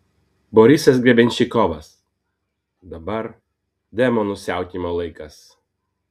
borisas grebenščikovas dabar demonų siautėjimo laikas